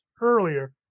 earlier